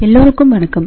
எல்லோருக்கும் வணக்கம்